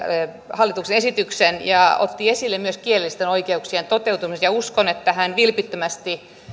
hallituksen esityksen ja otti esille myös kielellisten oikeuksien toteutumisen uskon että hän vilpittömästi